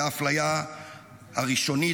והאפליה הראשונית,